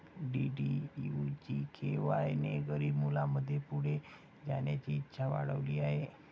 DDU GKY ने गरीब मुलांमध्ये पुढे जाण्याची इच्छा वाढविली आहे